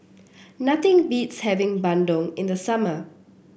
nothing beats having bandung in the summer